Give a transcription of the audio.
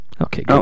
Okay